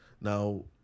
Now